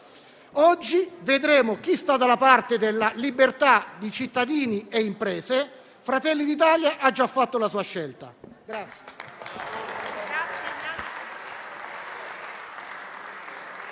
Oggi vedremo chi sta dalla parte della libertà di cittadini e imprese: Fratelli d'Italia ha già fatto la sua scelta.